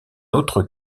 autre